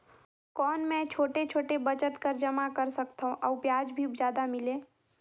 कौन मै छोटे छोटे बचत कर जमा कर सकथव अउ ब्याज भी जादा मिले?